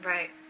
Right